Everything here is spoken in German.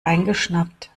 eingeschnappt